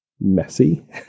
messy